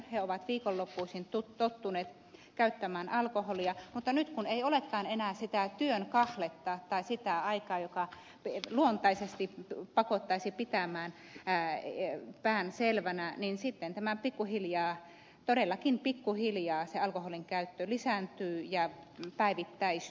he ovat viikonloppuisin tottuneet käyttämään alkoholia mutta nyt kun ei olekaan enää sitä työn kahletta tai sitä aikaa joka luontaisesti pakottaisi pitämään pään selvänä sitten todellakin pikkuhiljaa alkoholin käyttö lisääntyy ja päivittäistyy